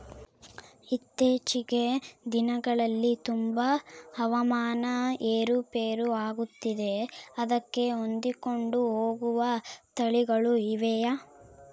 ಇತ್ತೇಚಿನ ದಿನಗಳಲ್ಲಿ ತುಂಬಾ ಹವಾಮಾನ ಏರು ಪೇರು ಆಗುತ್ತಿದೆ ಅದಕ್ಕೆ ಹೊಂದಿಕೊಂಡು ಹೋಗುವ ತಳಿಗಳು ಇವೆಯಾ?